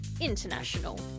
international